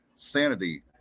sanity